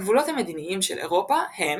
הגבולות המדיניים של אירופה הם,